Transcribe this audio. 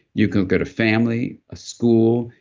you can go to family, a school,